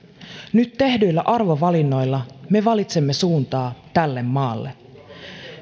nyt tehdyillä arvovalinnoilla me valitsemme suuntaa tälle maalle